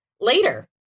later